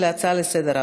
נתקבלה.